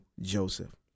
Joseph